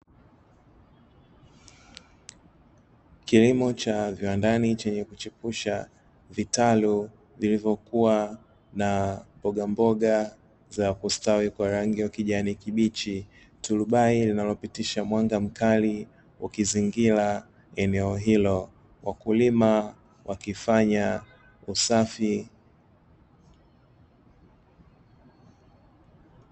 Kilimo cha viwandani chenye kuchepusha vitalu vyenye mbogamboga za kustawi kwa rangi ya kijani kibichi; turubai linalopitisha mwanga mkali ukizingira eneo hilo, wakulima wakilifanyia usafi.